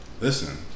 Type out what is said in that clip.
Listen